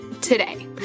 today